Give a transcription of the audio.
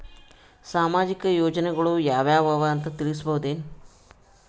ಸಾಮಾಜಿಕ ಯೋಜನೆಗಳು ಯಾವ ಅವ ಅಂತ ತಿಳಸಬಹುದೇನು?